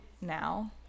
Now